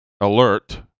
alert